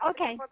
Okay